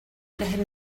had